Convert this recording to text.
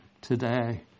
today